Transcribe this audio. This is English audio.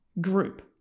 group